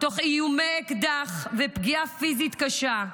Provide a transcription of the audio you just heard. תוך איומי אקדח ופגיעה פיזית קשה.